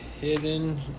Hidden